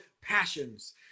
passions